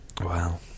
Wow